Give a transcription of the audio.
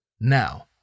now